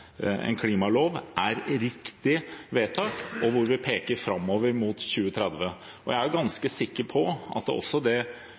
en styrking av en klimalov, er riktige vedtak hvor vi peker framover mot 2030. Jeg er ganske sikker på at også det